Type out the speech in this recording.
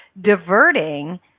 diverting